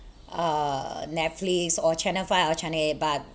uh Netflix or channel five or channel eight but